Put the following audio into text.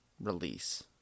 release